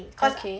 okay